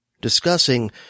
discussing